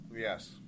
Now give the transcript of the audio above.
Yes